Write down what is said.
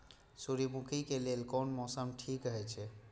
सूर्यमुखी के लेल कोन मौसम ठीक हे छे?